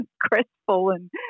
crestfallen